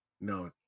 no